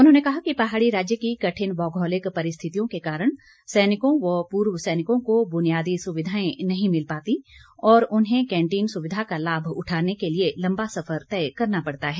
उन्होंने कहा कि पहाड़ी राज्य की कठिन भौगोलिक परिस्थितियों के कारण सैनिकों व पूर्व सैनिकों को बुनियादी सुविधाएं नहीं मिल पातीं और उन्हें कैंटीन सुविधा का लाभ उठाने के लिए लम्बा सफर तय करना पड़ता है